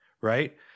right